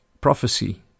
prophecy